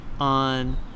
On